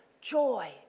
joy